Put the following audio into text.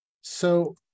So-